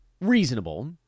reasonable